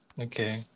Okay